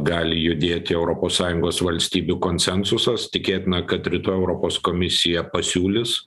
gali judėti europos sąjungos valstybių konsensusas tikėtina kad rytoj europos komisija pasiūlys